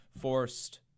forced